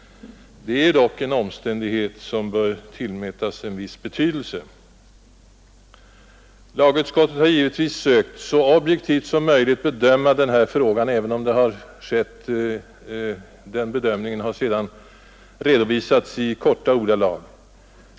Det är dock en omständighet som bör tillmätas viss betydelse. Lagutskottet har givetvis även i år sökt så objektivt som möjligt bedöma den här frågan, även om denna bedömning sedan redovisats i korta ordalag.